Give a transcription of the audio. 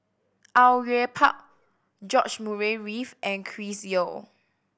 Au Yue Pak George Murray Reith and Chris Yeo